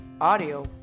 audio